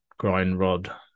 grindrod